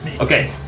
Okay